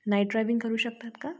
night driving करू शकतात का